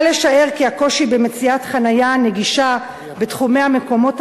קל לשער כי הקושי במציאת חנייה נגישה בתחומי המקומות